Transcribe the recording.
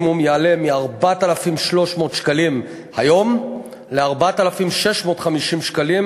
המינימום יעלה מ-4,300 שקלים היום ל-4,650 שקלים.